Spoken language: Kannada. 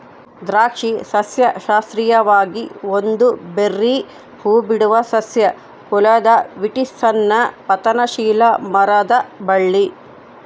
ದ್ರಾಕ್ಷಿ ಸಸ್ಯಶಾಸ್ತ್ರೀಯವಾಗಿ ಒಂದು ಬೆರ್ರೀ ಹೂಬಿಡುವ ಸಸ್ಯ ಕುಲದ ವಿಟಿಸ್ನ ಪತನಶೀಲ ಮರದ ಬಳ್ಳಿ